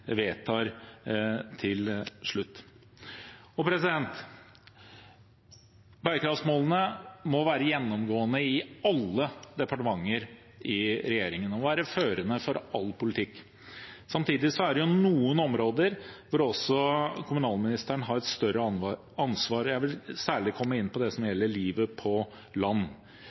vedtar til slutt. Bærekraftsmålene må være gjennomgående i alle departementer i regjeringen og må være førende for all politikk. Samtidig er det noen områder der kommunalministeren har et større ansvar. Jeg vil særlig komme inn på det som gjelder livet på land.